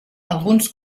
alguns